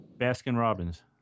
Baskin-Robbins